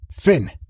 Finn